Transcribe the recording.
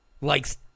likes